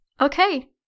Okay